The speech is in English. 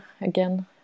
again